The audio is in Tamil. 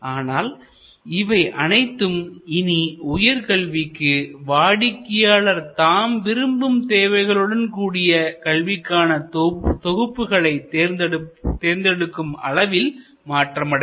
ஆனால் இவை அனைத்தும் இனி உயர்கல்விக்கு வாடிக்கையாளர் தாம் விரும்பும் தேவைகளுடன் கூடிய கல்விக்கான தொகுப்புகளை தேர்ந்தெடுக்கும் அளவில் மாற்றமடையும்